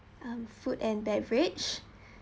um food and beverage